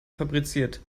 fabriziert